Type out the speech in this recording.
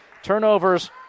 Turnovers